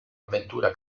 avventura